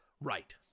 Right